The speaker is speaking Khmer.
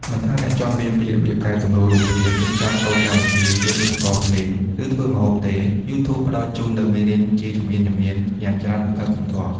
មិនថាអ្នកចង់រៀនពីរបៀបកែសម្រួលរូបភាព រៀបចំកូដកម្មវិធី លេងឧបករណ៍ភ្លេង ឬធ្វើម្ហូបទេ YouTube ផ្តល់ជូននូវមេរៀនជាជំហានៗយ៉ាងច្រើនសន្ធឹកសន្ធាប់។